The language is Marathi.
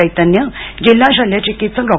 चैतन्य जिल्हा शल्यचिकित्सक डॉ